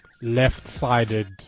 left-sided